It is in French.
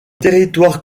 territoire